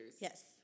Yes